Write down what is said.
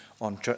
on